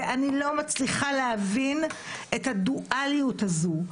ואני לא מצליחה להבין את הדואליות הזאת.